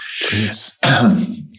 Yes